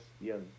yes